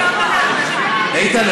איתן,